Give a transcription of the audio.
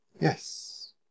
Yes